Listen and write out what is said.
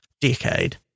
Decade